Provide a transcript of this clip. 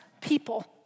people